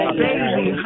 baby